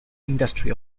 industry